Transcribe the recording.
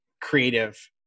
creative